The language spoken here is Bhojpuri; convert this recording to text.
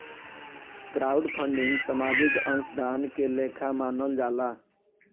क्राउडफंडिंग सामाजिक अंशदान के लेखा मानल जाला